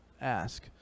ask